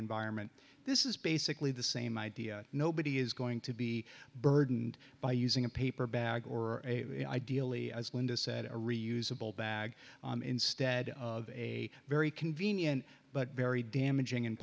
environment this is basically the same idea nobody is going to be burdened by using a paper bag or ideally as linda said a reusable bag instead of a very convenient but very damaging and